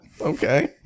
Okay